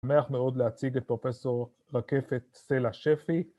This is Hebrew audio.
‫שמח מאוד להציג ‫את פרופ' רקפת סלע שפי.